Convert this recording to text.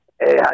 Hey